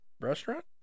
restaurant